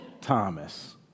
Thomas